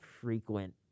frequent